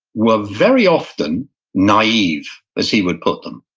were very often naive as he would put them.